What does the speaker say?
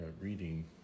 reading